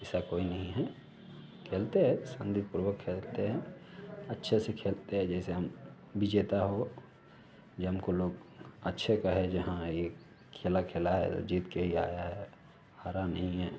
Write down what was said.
ऐसा कोई नहीं है खेलते हैं शान्तिपूर्वक खेलते हैं हम अच्छे से खेलते हैं जैसे हम विजेता हो यह हमको लोग अच्छे कहे जे हाँ यह खेला खेला है तो जीतकर ही आया है हारा नहीं है